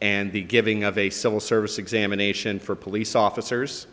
and the giving of a civil service examination for police officers